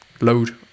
load